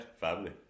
Family